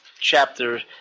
chapter